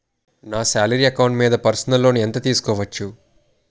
నా salary account మీద personal loan ఎంత తీసుకోవచ్చు?